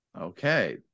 okay